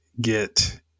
get